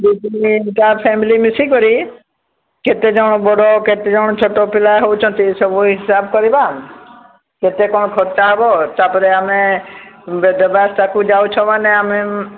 ଦୁଇ ତିନିଟା ଫ୍ୟାମିଲୀ ମିଶିକରି କେତେ ଜଣ ବଡ଼ କେତେ ଜଣ ଛୋଟ ପିଲା ହେଉଛନ୍ତି ସବୁ ହିସାବ କରିବା କେତେ କ'ଣ ଖର୍ଚ୍ଚ ହେବ ତାପରେ ଆମେ ବେଦବ୍ୟାସଟାକୁ ଯାଉଛେ ମାନେ ଆମେ